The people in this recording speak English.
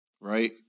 right